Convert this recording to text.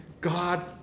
God